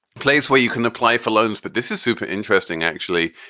place where you can apply for loans. but this is super interesting, actually.